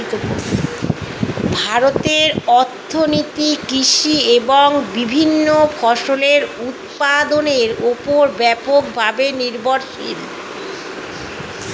ভারতের অর্থনীতি কৃষি এবং বিভিন্ন ফসলের উৎপাদনের উপর ব্যাপকভাবে নির্ভরশীল